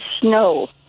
snow